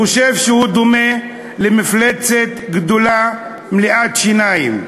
והוא חושב שהוא דומה למפלצת גדולה מלאת שיניים,